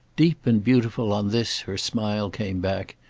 deep and beautiful on this her smile came back,